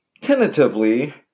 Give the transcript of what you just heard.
tentatively